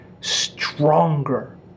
stronger